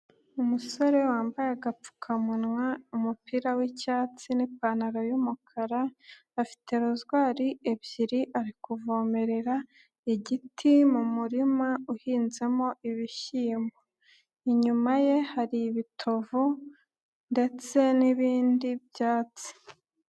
Umusore wambaye agapfukamunwa, umupira w'icyatsi n'ipantaro y'umukara afite rozwari ebyiri ari kuvomerera igiti mu murima uhinzemo ibishyimbo, inyuma ye hari ibitovu ndetse n'ibindi byatsi.